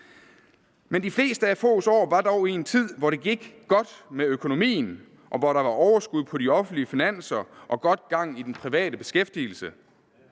Men de fleste af Foghs år var dog i en tid, hvor det gik godt med økonomien, og hvor der var overskud på de offentlige finanser og godt gang i den private beskæftigelse.